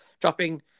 dropping